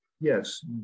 yes